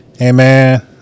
Amen